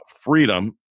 freedom